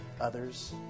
others